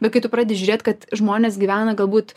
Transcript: bet kai tu pradedi žiūrėt kad žmonės gyvena galbūt